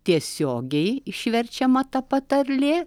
tiesiogiai išverčiama ta patarlė